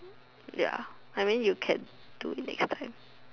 ya I mean you can do next time